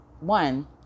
one